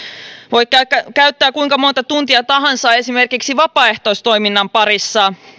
voit käyttää käyttää kuinka monta tuntia tahansa esimerkiksi vapaaehtoistoiminnan parissa